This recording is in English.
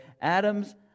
Adam's